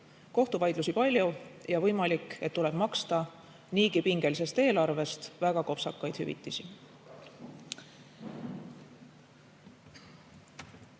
kohtuvaidlusi on palju ja võimalik, et tuleb maksta niigi pingelisest eelarvest väga kopsakaid hüvitisi.